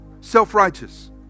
Self-righteous